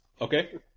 Okay